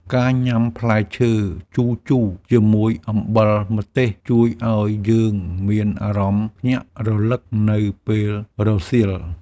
ការញ៉ាំផ្លែឈើជូរៗជាមួយអំបិលម្ទេស ជួយឱ្យយើងមានអារម្មណ៍ភ្ញាក់រលឹកនៅពេលរសៀល។